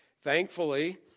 Thankfully